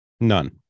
None